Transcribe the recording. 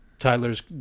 Tyler's